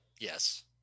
yes